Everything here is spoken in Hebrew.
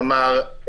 כלומר,